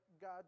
God